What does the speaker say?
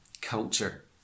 culture